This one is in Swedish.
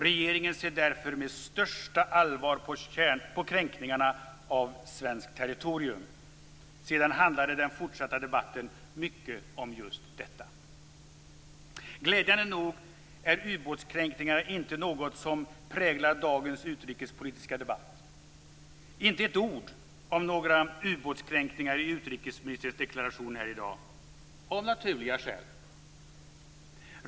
Regeringen ser därför med största allvar på kränkningarna av svenskt territorium." Den fortsatta debatten handlade mycket om just detta. Glädjande nog är ubåtskränkningar inte något som präglar dagens utrikespolitiska debatt. Det fanns inte ett ord om några ubåtskränkningar i utrikesministerns deklaration här i dag av naturliga skäl.